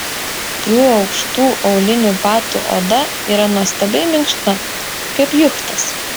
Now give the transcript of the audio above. jų aukštų aulinių batų oda yra nuostabiai minkšta kaip juchtas